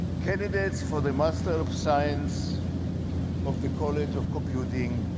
candidates for the master of science of the college of computing,